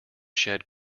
shed